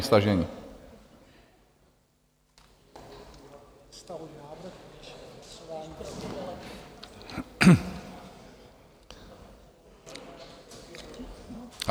Stažení.